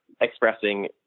expressing